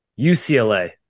UCLA